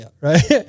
Right